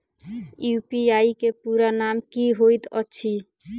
UPI केँ पूरा नाम की होइत अछि?